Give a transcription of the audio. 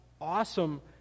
awesome